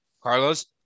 Carlos